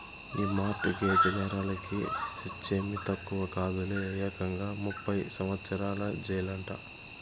ఈ mortgage నేరాలకి శిచ్చేమీ తక్కువ కాదులే, ఏకంగా ముప్పై సంవత్సరాల జెయిలంట